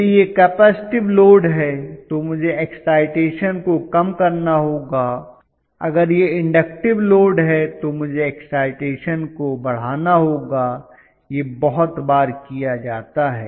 यदि यह capacitive load है तो मुझे एक्साइटेशन को कम करना होगा अगर यह इंडक्टिव लोड है तो मुझे एक्साइटेशन को बढ़ाना होगा यह बहुत बार किया जाता है